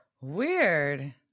weird